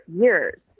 years